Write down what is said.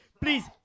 Please